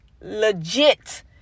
legit